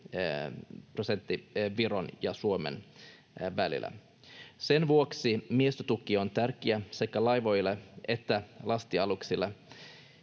prosenttia Viron ja Suomen välillä. Sen vuoksi miehistötuki on tärkeä sekä laivoille että lastialuksille